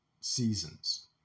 seasons